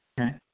Okay